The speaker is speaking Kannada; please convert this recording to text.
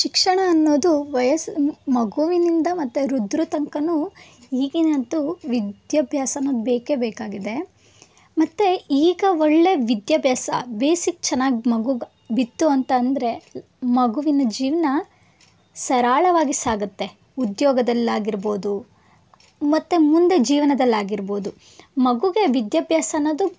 ಶಿಕ್ಷಣ ಅನ್ನೋದು ವಯಸ್ಸು ಮಗುವಿನಿಂದ ಮತ್ತು ವೃದ್ರ ತನಕನೂ ಈಗಿನದ್ದು ವಿದ್ಯಾಭ್ಯಾಸ ಅನ್ನೋದು ಬೇಕೇ ಬೇಕಾಗಿದೆ ಮತ್ತು ಈಗ ಒಳ್ಳೆಯ ವಿದ್ಯಾಭ್ಯಾಸ ಬೇಸಿಕ್ ಚೆನ್ನಾಗಿ ಮಗುಗೆ ಬಿತ್ತು ಅಂತ ಅಂದರೆ ಮಗುವಿನ ಜೀವನ ಸರಳವಾಗಿ ಸಾಗುತ್ತೆ ಉದ್ಯೋಗದಲ್ಲಾಗಿರ್ಬೊದು ಮತ್ತು ಮುಂದೆ ಜೀವನದಲ್ಲಾಗಿರ್ಬೊದು ಮಗೂಗೆ ವಿದ್ಯಾಭ್ಯಾಸ ಅನ್ನೋದು